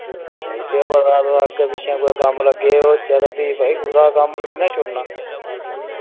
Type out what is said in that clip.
मि केह् पता अग्गै पिच्छै कुदै कम्म लगे दे होचै भी भाई कुसै दा कम्म बी निंनां छुड़ना